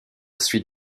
suite